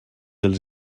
els